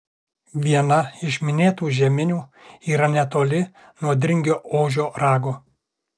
viena iš minėtų žeminių yra netoli nuo dringio ožio rago